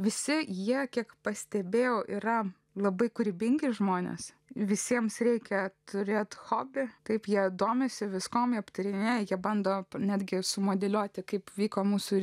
visi jie kiek pastebėjau yra labai kūrybingi žmonės visiems reikia turėti hobį kaip jie domisi viskuo aptarinėja jie bando netgi sumodeliuoti kaip vyko mūsų